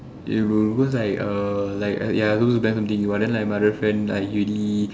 yeah bro cause like uh like ya I supposed to plan something but then like another friend already